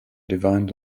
divine